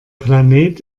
planet